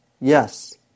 Yes